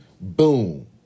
Boom